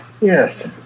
Yes